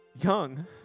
Young